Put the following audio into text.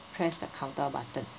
press the counter button